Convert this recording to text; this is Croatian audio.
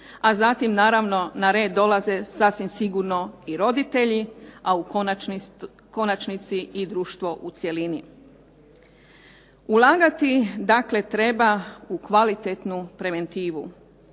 a zatim naravno na red dolaze sasvim sigurno i roditelji, a u konačnici i društvo u cjelini. Ulagati dakle treba u kvalitetnu preventivu